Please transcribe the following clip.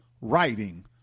writing